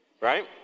right